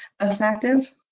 effective